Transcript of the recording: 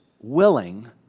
willing